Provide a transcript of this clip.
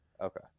Okay